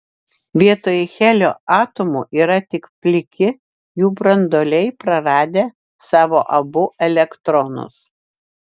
vietoj helio atomų irgi tik pliki jų branduoliai praradę savo abu elektronus